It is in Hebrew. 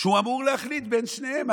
שהוא אמור להחליט בין שניהם?